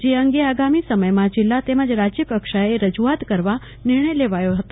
જે અંગે આગામી સમયમાં જિલ્લા તેમજ રાજ્યકક્ષાએ રજૂઆત કરવા નિર્ણય લેવાયો હતો